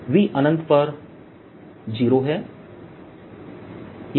V अनंत पर 0 V 0 है